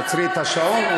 תעצרי את השעון,